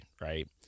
right